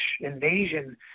invasion